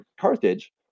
Carthage